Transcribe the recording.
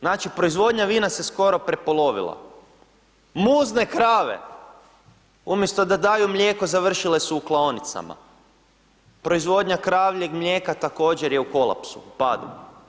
Znači, proizvodnja vina se skoro prepolovila, muzne krave umjesto da daju mlijeko završile su u klaonicama, proizvodnja kravljeg mlijeka također je u kolapsu, pada.